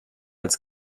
als